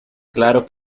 claro